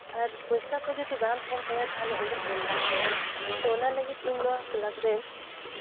ᱟᱨ ᱯᱚᱭᱥᱟ ᱠᱚ ᱡᱩᱫᱤ ᱵᱟᱝ ᱛᱟᱦᱮᱱ ᱛᱟᱭᱟ ᱛᱟᱦᱞᱮ ᱩᱱᱤᱧ ᱮᱢ ᱫᱟᱲᱮ ᱟᱭᱟ ᱛᱚ ᱚᱱᱟ ᱞᱟᱹᱜᱤᱫ ᱤᱧ ᱱᱚᱣᱟ ᱠᱞᱟᱵᱽ ᱨᱮ